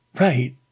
right